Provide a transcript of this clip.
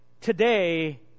Today